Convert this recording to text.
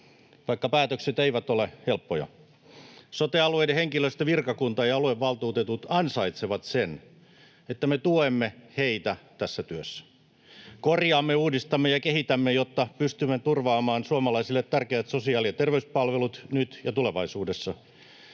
vaikka päätökset eivät ole helppoja. Sote-alueiden henkilöstö, virkakunta ja aluevaltuutetut ansaitsevat sen, että me tuemme heitä tässä työssä. Korjaamme, uudistamme ja kehitämme, jotta pystymme turvaamaan suomalaisille tärkeät sosiaali- ja terveyspalvelut, nyt ja tulevaisuudessa.